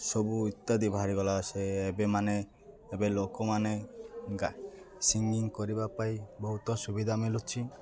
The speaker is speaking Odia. ସବୁ ଇତ୍ୟାଦି ବାହାରିଗଲା ସେ ଏବେମାନେ ଏବେ ଲୋକମାନେ ସିଙ୍ଗିଙ୍ଗ କରିବା ପାଇଁ ବହୁତ ଅ ସୁୁବିଧା ମିଳୁଛି